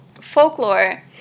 folklore